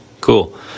Cool